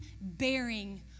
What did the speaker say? bearing